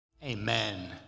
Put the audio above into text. amen